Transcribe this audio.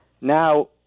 Now